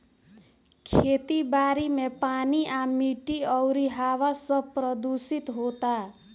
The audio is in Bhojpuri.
खेती बारी मे पानी आ माटी अउरी हवा सब प्रदूशीत होता